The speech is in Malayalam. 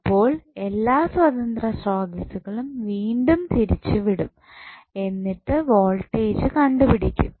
അപ്പോൾ എല്ലാ സ്വതന്ത്ര സ്രോതസ്സുകളും വീണ്ടും തിരിച്ച് ഇടും എന്നിട്ട് വോൾടേജ് കണ്ടുപിടിക്കും